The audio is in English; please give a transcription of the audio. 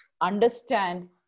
understand